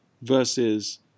versus